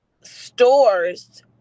stores